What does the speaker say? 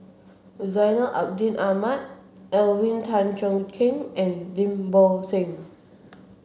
Zainal Abidin Ahmad Alvin Tan Cheong Kheng and Lim Bo Seng